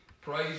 Praise